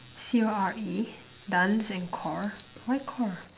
C_O_R_E dance and core why core